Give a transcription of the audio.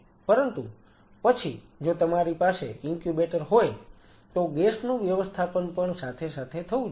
પરંતુ પછી જો તમારી પાસે ઇન્ક્યુબેટર હોય તો ગેસ નું વ્યવસ્થાપન પણ સાથે સાથે થવું જોઈએ